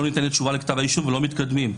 לא ניתנת תשובה לכתב האישום ולא מתקדמים.